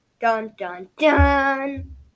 Dun-dun-dun